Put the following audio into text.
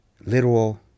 literal